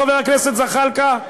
חבר הכנסת זחאלקה,